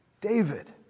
David